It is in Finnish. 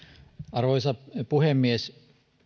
arvoisa puhemies